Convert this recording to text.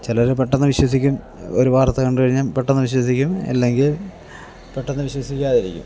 ചിലവർ പെട്ടെന്നു വിശ്വസിക്കും ഒരു വാർത്ത കണ്ടു കഴിഞ്ഞാൽ പെട്ടെന്നു വിശ്വസിക്കും അല്ലെങ്കിൽ പെട്ടെന്നു വിശ്വസിക്കാതിരിക്കും